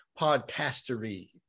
podcastery